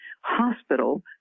hospital